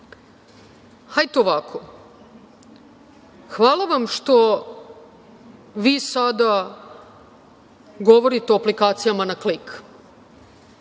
hajde ovako, hvala vam što vi sada govorite o aplikacija na klik,